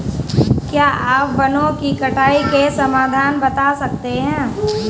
क्या आप वनों की कटाई के समाधान बता सकते हैं?